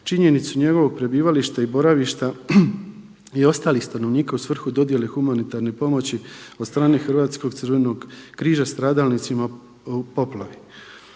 činjenicu njegovog prebivališta i boravišta i ostalih stanovnika u svrhu dodjele humanitarne pomoći od strane Hrvatskog crvenog križa stradalnicima u poplavi.